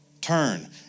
turn